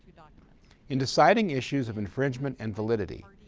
in deciding issues of infringement and validity,